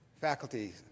Faculty